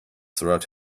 throughout